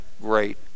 great